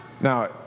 Now